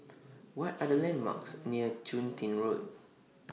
What Are The landmarks near Chun Tin Road